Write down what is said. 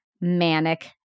manic